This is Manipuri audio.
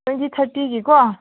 ꯇ꯭ꯋꯦꯟꯇꯤ ꯊꯥꯔꯇꯤꯒꯤꯀꯣ